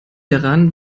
daran